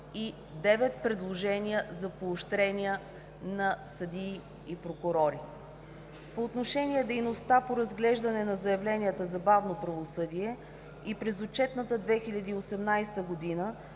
предложения за поощрения на съдии и прокурори. По отношение на дейността по разглеждане на заявленията за бавно правосъдие и през отчетната 2018 г.